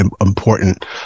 important